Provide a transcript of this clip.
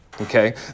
Okay